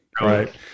Right